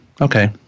okay